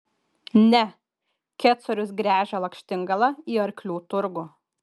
ne kecorius gręžia lakštingalą į arklių turgų